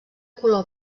color